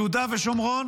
יהודה ושומרון